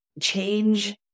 change